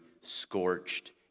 scorched